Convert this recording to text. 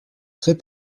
très